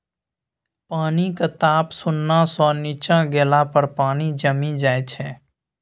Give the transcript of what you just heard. पानिक ताप शुन्ना सँ नीच्चाँ गेला पर पानि जमि जाइ छै